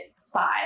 five